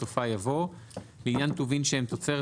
בסופה יבוא "לעניין טובין שהם תוצרת